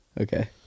Okay